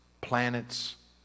planets